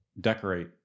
decorate